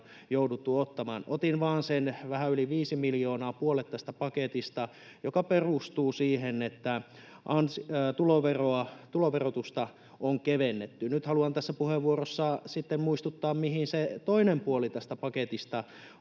jouduttu ottamaan, ja otin vain sen vähän yli viisi miljoonaa, puolet tästä paketista, joka perustuu siihen, että tuloverotusta on kevennetty. Nyt haluan tässä puheenvuorossa sitten muistuttaa, mihin se toinen puoli tästä paketista